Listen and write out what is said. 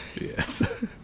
yes